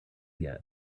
yet